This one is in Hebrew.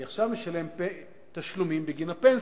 אני עכשיו משלם תשלומים בגין הפנסיה.